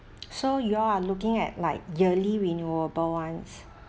so you all are looking at like yearly renewable ones